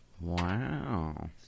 Wow